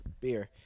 beer